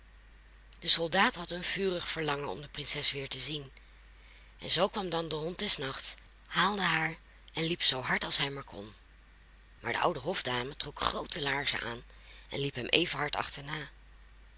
de soldaat had een vurig verlangen om de prinses weer te zien en zoo kwam dan de hond des nachts haalde haar en liep zoo hard als hij maar kon maar de oude hofdame trok groote laarzen aan en liep hem even hard achterna